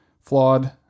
flawed